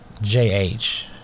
jh